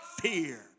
fear